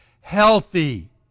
healthy